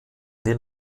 den